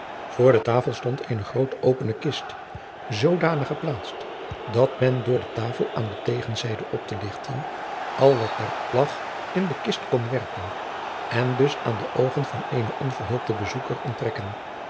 voor de tafel stond eene groote opene kist zoodanig geplaatst dat men door de tafel aan de tegenzijde op te lichten al wat daar op lag in de kist kon werpen en dus aan de oogen jacob van lennep de pleegzoon van eenen onverhoopten bezoeker onttrekken